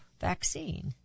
vaccine